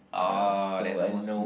oh that's the most